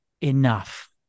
enough